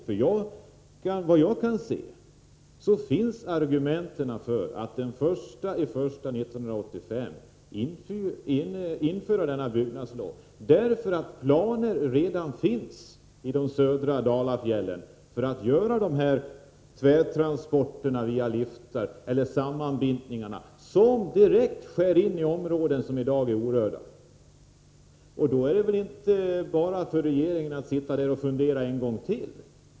Såvitt jag kan se finns argument för att genomföra denna byggnadslag från den 1 januari 1985. Planer finns ju redan i de södra Dalafjällen för att göra dessa tvärtransporter eller sammanbindningar via liftar, som direkt skär in i områden som i dag är orörda. Då är det väl inte bara för regeringen att sitta och fundera en gång till.